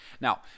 Now